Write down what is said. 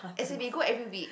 as if we go every week